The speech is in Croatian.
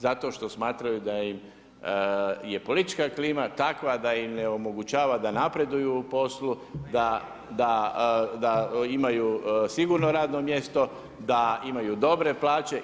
Zato što smatraju da im je politička klima takva da im ne omogućava da napreduju u poslu, da imaju sigurno radno mjesto, da imaju dobre plaće.